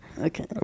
okay